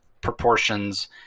proportions